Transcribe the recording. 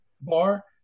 bar